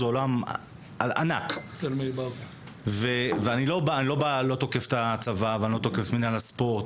אני לא תוקף את הצבא ולא את מינהל הספורט.